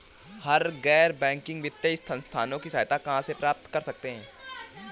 हम गैर बैंकिंग वित्तीय संस्थानों की सहायता कहाँ से प्राप्त कर सकते हैं?